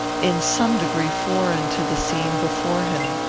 in some degree foreign to the scene before him.